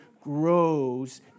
grows